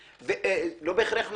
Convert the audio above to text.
לא בהכרח נהג.